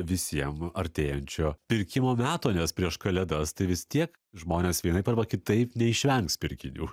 visiem artėjančio pirkimo meto nes prieš kalėdas tai vis tiek žmonės vienaip arba kitaip neišvengs pirkinių